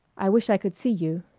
i wish i could see you.